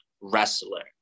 wrestler